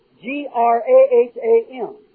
G-R-A-H-A-M